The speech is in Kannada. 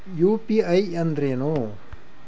ಯು.ಪಿ.ಐ ಅಂದ್ರೇನು?